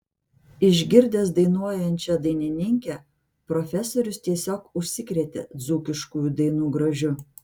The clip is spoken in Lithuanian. išgirdęs dainuojančią dainininkę profesorius tiesiog užsikrėtė dzūkiškųjų dainų grožiu